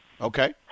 Okay